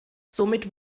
somit